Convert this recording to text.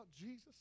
Jesus